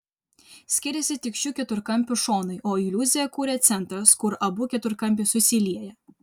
skiriasi tik šių keturkampių šonai o iliuziją kuria centras kur abu keturkampiai susilieja